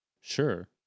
sure